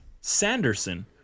Sanderson